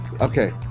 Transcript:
okay